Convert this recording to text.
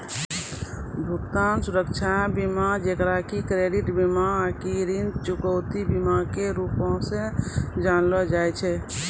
भुगतान सुरक्षा बीमा जेकरा कि क्रेडिट बीमा आकि ऋण चुकौती बीमा के रूपो से जानलो जाय छै